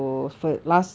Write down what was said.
okay